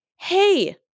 Hey